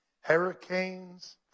hurricanes